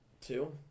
Two